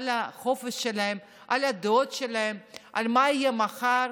על החופש שלהם, על הדוד שלהם, על מה יהיה מחר.